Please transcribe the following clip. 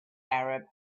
arab